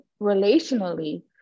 relationally